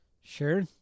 Sure